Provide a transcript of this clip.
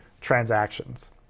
transactions